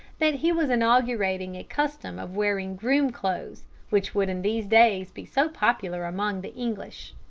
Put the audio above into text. that he was inaugurating a custom of wearing groom clothes which would in these days be so popular among the english.